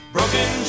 Broken